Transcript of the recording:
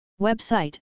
Website